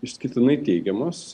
išskirtinai teigiamos